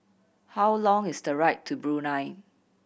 how long is the right to Brunei